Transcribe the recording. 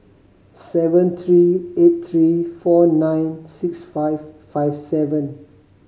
seven three eight three four nine six five five seven